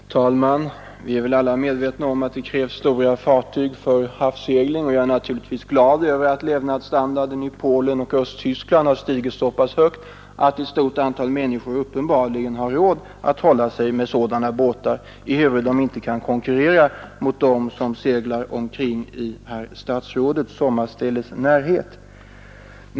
Herr talman! Vi är väl alla medvetna om att det krävs stora fartyg för havssegling. Jag är naturligtvis glad över att levnadsstandarden i t.ex. Polen och Östtyskland har stigit så högt att ett stort antal människor där uppenbarligen har råd att hålla sig med stora båtar för nöjessegling, ehuru de tydligen inte kan konkurrera med dem som seglar omkring i närheten av herr statsrådets sommarställe.